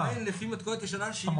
עדיין לפי מתכונת ישנה שהיא לא עובדת.